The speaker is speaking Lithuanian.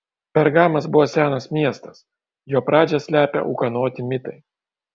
pergamas buvo senas miestas jo pradžią slepia ūkanoti mitai